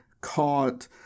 caught